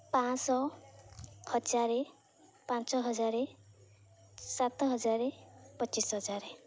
ପାଞ୍ଚ ଶହ ହଜାର ପାଞ୍ଚ ହଜାର ସାତ ହଜାର ପଚିଶ ହଜାର